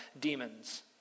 demons